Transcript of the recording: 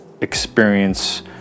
experience